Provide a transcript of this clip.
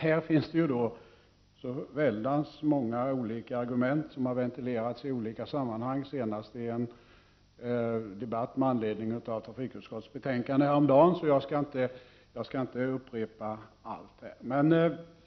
Här finns en mångfald av olika argument som har ventilerats i olika sammanhang, senast i en debatt med anledning av trafikutskottets betänkande häromdagen. Jag skall inte heller upprepa dem.